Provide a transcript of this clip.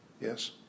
Yes